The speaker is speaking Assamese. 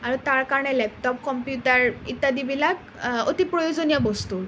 আৰু তাৰ কাৰণে লেপটপ কম্পিউটাৰ ইত্যাদি বিলাক অতি প্ৰয়োজনীয় বস্তু